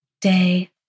day